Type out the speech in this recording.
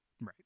Right